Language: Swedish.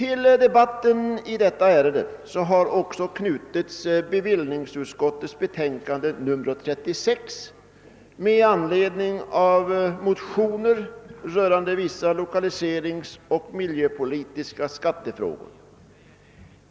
I denna debatt behandlas också bevillningsutskottets betänkande nr 36 i anledning av motioner rörande vissa lokaliseringsoch miljöpolitiska skattefrågor.